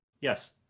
yes